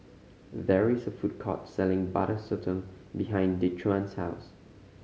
there is a food court selling Butter Sotong behind Dequan's house